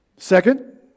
Second